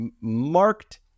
marked